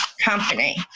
company